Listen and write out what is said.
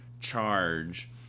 charge